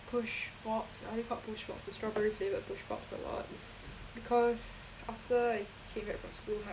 push pops are they called push pops the strawberry flavored push pops a lot because after I came back from school my